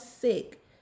sick